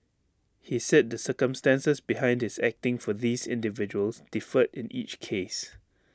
he said the circumstances behind this acting for these individuals differed in each case